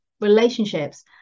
relationships